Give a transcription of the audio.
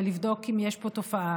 ולבדוק אם יש פה תופעה,